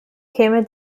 käme